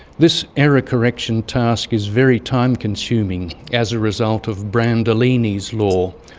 this error-correction task is very time-consuming as a result of brandolini's law,